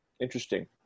Interesting